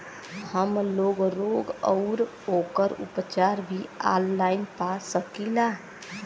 हमलोग रोग अउर ओकर उपचार भी ऑनलाइन पा सकीला?